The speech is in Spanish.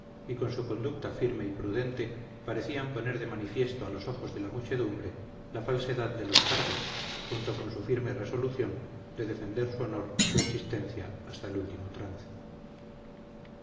y con su conducta firme y prudente parecían poner de manifiesto a los ojos de la muchedumbre la falsedad de los cargos junto con su firme resolución de defender su honor y su existencia hasta el último trance